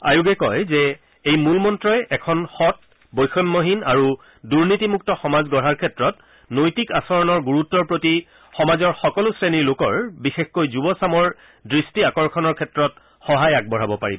আয়োগে কয় যে এই মূল মন্নই এখন সং বৈষম্যহীন আৰু দুনীতিমুক্ত সমাজ গঢ়াৰ ক্ষেত্ৰত নৈতিক আচৰণৰ গুৰুত্বৰ প্ৰতি সমাজৰ সকলো শ্ৰেণীৰ লোকৰ বিশেষকৈ যুৱচামৰ দৃষ্টি আকৰ্ষণৰ ক্ষেত্ৰত সহায় আগবঢ়াব পাৰিব